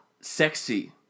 Sexy